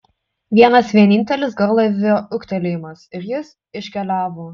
vienas vienintelis garlaivio ūktelėjimas ir jis iškeliavo